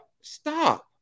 stop